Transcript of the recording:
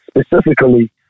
specifically